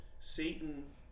Satan